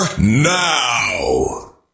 NOW